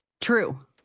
true